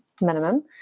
minimum